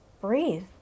breathe